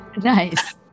Nice